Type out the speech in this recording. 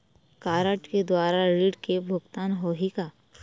Card के द्वारा ऋण के भुगतान होही का?